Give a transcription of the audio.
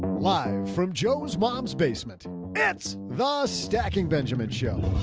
live from joe's mom's basement at the stacking benjamin show.